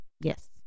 Yes